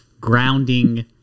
grounding